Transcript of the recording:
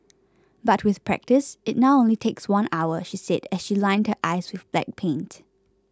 but with practice it now only takes one hour she said as she lined her eyes with black paint